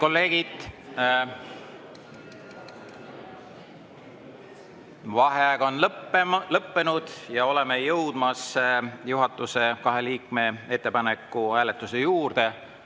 a h e a e g Vaheaeg on lõppenud ja oleme jõudmas juhatuse kahe liikme ettepaneku hääletuse juurde.